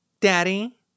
Daddy